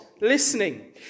listening